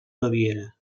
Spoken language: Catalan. baviera